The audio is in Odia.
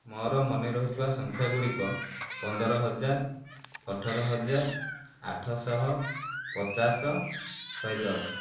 ମୋର ମନେ ରହିଥିବା ସଂଖ୍ୟା ଗୁଡ଼ିକ ପନ୍ଦର ହଜାର ଅଠର ହଜାର ଆଠ ଶହ ପଚାଶ ଶହେ ଦଶ